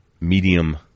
medium